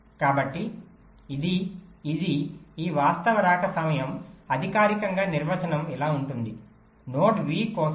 కాబట్టి ఇది ఇది ఈ వాస్తవ రాక సమయం అధికారికంగా నిర్వచనం ఇలా ఉంటుంది నోడ్ v కోసం